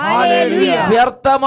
Hallelujah